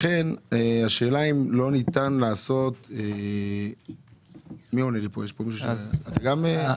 לכן השאלה אם לא ניתן לעשות יש פה מי שיכול לענות לי?